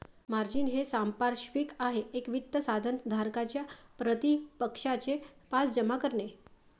margin हे सांपार्श्विक आहे एक वित्त साधन धारकाच्या प्रतिपक्षाचे पास जमा करणे